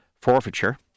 forfeiture